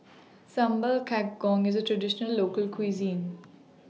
Sambal Kangkong IS A Traditional Local Cuisine